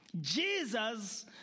Jesus